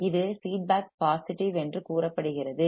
இது feedback positive என்று கூறப்படுகிறது